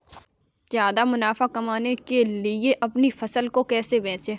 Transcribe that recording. ज्यादा मुनाफा कमाने के लिए अपनी फसल को कैसे बेचें?